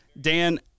dan